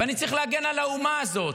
ואני צריך להגן על האומה הזאת.